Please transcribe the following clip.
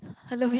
I love it